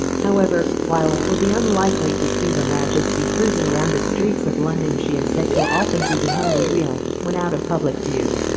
however, while it would be unlikely to see her majesty cruising around the streets of london she is said to often be behind the wheel when out of public view